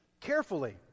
carefully